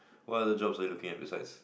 what other jobs are you looking at besides